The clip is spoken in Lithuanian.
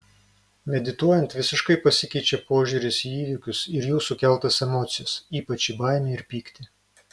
medituojant visiškai pasikeičia požiūris į įvykius ir jų sukeltas emocijas ypač į baimę ir pyktį